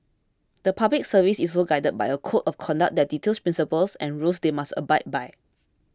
the Public Service is also guided by a code of conduct that details principles and rules they must abide by